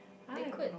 they could